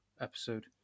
episode